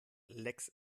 lecks